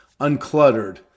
uncluttered